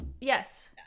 Yes